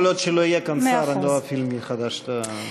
כל עוד לא יהיה כאן שר לא אפעיל מחדש את,